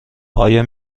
آیا